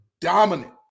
dominant